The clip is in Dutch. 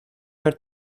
naar